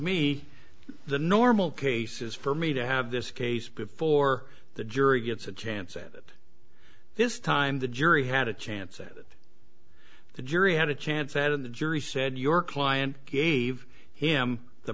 me the normal case is for me to have this case before the jury gets a chance at it this time the jury had a chance that the jury had a chance at the jury said your client gave him the